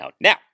Now